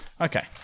Okay